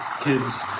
kids